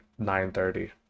9.30